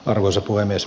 arvoisa puhemies